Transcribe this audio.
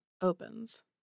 opens